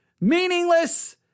meaningless